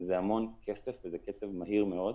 זה המון כסף ובקצב מהיר מאוד.